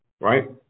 right